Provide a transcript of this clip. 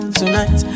tonight